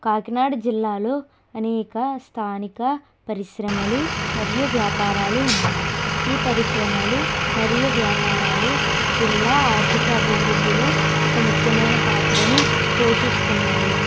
కాకినాడ జిల్లాలో అనేక స్థానిక పరిశ్రమలు మరియు వ్యాపారాలు ఉన్నాయి ఈ పరిశ్రమలు మరియు వ్యాపారాలు జిల్లా ఆర్థిక అభివృద్ధిలో ఒక ముఖ్యమైన పాత్రను పోషిస్తున్నాయి